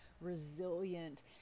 resilient